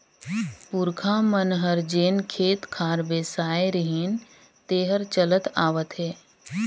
पूरखा मन हर जेन खेत खार बेसाय रिहिन तेहर चलत आवत हे